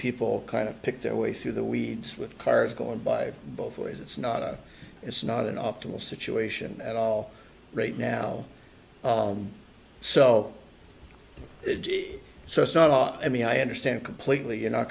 people kind of pick their way through the weeds with cars going by both ways it's not it's not an optimal situation at all right now so so it's not i mean i understand completely you're not